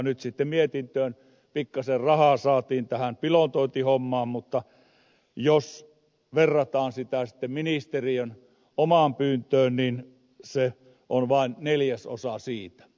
nyt sitten mietintöön pikkasen rahaa saatiin tähän pilotointihommaan mutta jos verrataan sitä sitten ministeriön omaan pyyntöön niin se on vain neljäsosa siitä